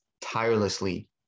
tirelessly